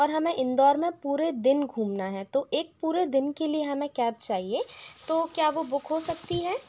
और हमें इंदौर में पूरे दिन घूमना है तो एक पूरे दिन के लिए हमें कैब चाहिए तो क्या वो बुक हो सकती है